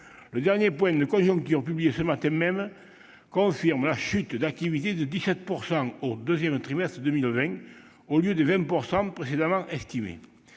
Le dernier point de conjoncture publié ce matin même confirme la chute d'activité de 17 % au deuxième trimestre de 2020, au lieu des 20 % précédemment estimés.